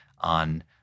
on